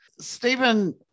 Stephen